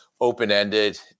open-ended